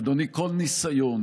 אדוני, כל ניסיון